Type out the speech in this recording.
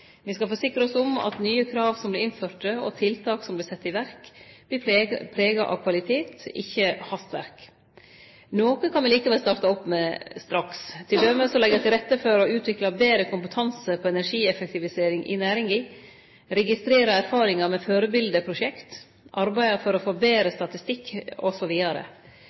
skal forsikre oss om at nye krav som vert innførde, og tiltak som blir sette i verk, vert prega av kvalitet, ikkje av hastverk. Noko kan me likevel starte opp med straks, t.d. å leggje til rette for å utvikle betre kompetanse på energieffektivisering i næringa, registrere erfaringar med førebileteprosjekt, arbeide for å få betre statistikk